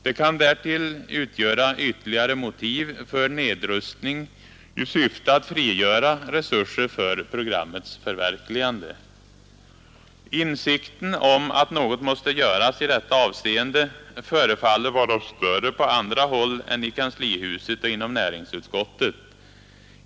Det kan därtill utgöra ytterligare motiv för nedrustning i syfte att frigöra resurser för programmets förverkligande. Insikten om att något måste göras i detta avseende förefaller vara större på andra håll än i kanslihuset och inom näringsutskottet.